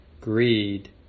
greed